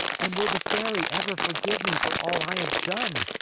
and will the fairy ever forgive me for all i have done?